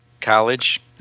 College